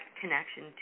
connection